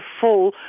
full